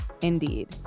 Indeed